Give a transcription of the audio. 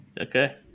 Okay